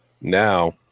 Now